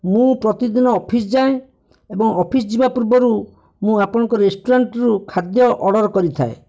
ମୁଁ ପ୍ରତିଦିନ ଅଫିସ୍ ଯାଏ ଏବଂ ଅଫିସ୍ ଯିବା ପୂର୍ବରୁ ମୁଁ ଆପଣଙ୍କ ରେଷ୍ଟୁରେଣ୍ଟରୁ ଖାଦ୍ୟ ଅର୍ଡ଼ର୍ କରିଥାଏ